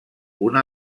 una